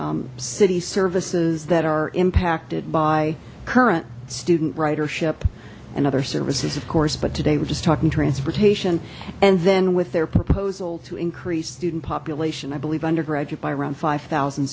city services that are impacted by current student ridership and other services of course but today we're just talking transportation and then with their proposal to increase student population i believe undergraduate by around five